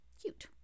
cute